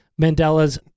Mandela's